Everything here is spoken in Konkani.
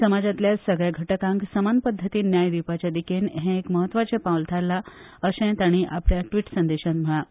समाजांतल्या सगल्या घटकांक समान पद्दतीन न्याय दिवपाचे दिकेन हें एक म्हत्वाचें पावल थारलां अशें तांणी आपल्या ट्वीट संदेशांत म्हळां